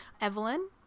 Evelyn